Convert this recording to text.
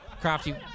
Crafty